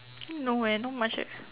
no eh not much eh